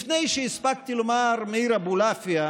לפני שהספקתי לומר "מאיר אבולעפיה",